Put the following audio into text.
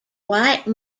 white